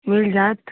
मिल जाएत